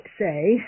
say